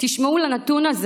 תשמעו את הנתון הזה,